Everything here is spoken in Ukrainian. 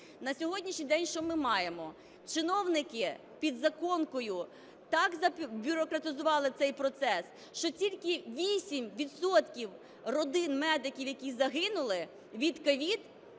На сьогоднішній день що ми маємо? Чиновники підзаконкою так забюрократизували цей процес, що тільки 8 відсотків родин медиків, які загинули від COVID,